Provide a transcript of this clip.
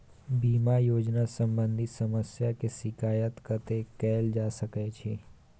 बीमा योजना सम्बंधित समस्या के शिकायत कत्ते कैल जा सकै छी?